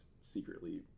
secretly